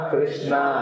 Krishna